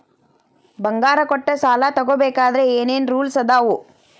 ಬಂಗಾರ ಕೊಟ್ಟ ಸಾಲ ತಗೋಬೇಕಾದ್ರೆ ಏನ್ ಏನ್ ರೂಲ್ಸ್ ಅದಾವು?